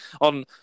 on